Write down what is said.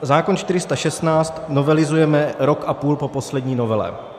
Zákon 416 novelizujeme rok a půl po poslední novele.